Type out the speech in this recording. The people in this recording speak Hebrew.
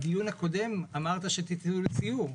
בדיון הקודם אמרת שתצאו לסיור.